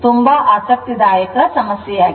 ತುಂಬಾ ಆಸಕ್ತಿದಾಯಕ ಸಮಸ್ಯೆಯಾಗಿದೆ